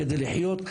כדי לחיות,